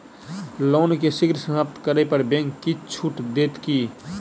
loan केँ शीघ्र समाप्त करै पर बैंक किछ छुट देत की